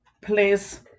please